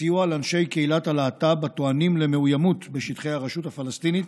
הסיוע לאנשי קהילת הלהט"ב הטוענים למאוימות בשטחי הרשות הפלסטינית